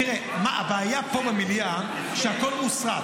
תראה, הבעיה פה במליאה שהכול מוסרט.